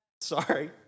sorry